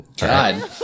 God